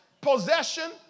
possession